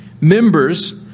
members